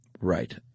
right